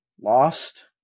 lost